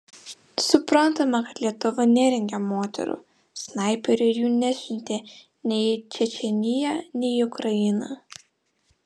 suprantama kad lietuva nerengė moterų snaiperių ir jų nesiuntė nei į čečėniją nei į ukrainą